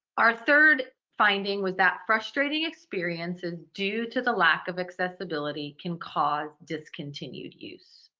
our third finding was that frustrating experiences due to the lack of accessibility can cause discontinued use.